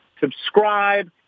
Subscribe